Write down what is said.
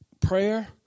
prayer